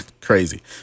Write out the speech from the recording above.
Crazy